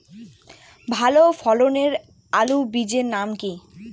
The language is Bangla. ভালো ফলনের আলুর বীজের নাম কি?